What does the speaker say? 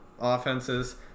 offenses